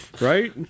right